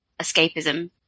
escapism